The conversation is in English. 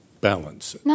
balance